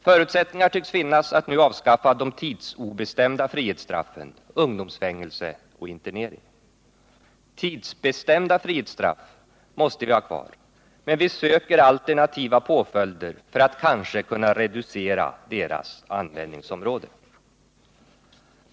Förutsättningar tycks nu finnas att avskaffa de tidsobestämda frihetsstraffen ungdomsfängelse och internering. Tidsbestämda frihetsstraff måste vi ha kvar, men vi söker alternativa påföljder för att kanske kunna reducera deras användningsområde.